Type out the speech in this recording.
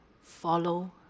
follow